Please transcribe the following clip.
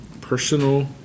personal